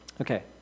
Okay